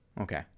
Okay